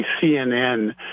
CNN